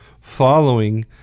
following